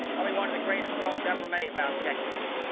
probably one of the greatest films ever made about texas.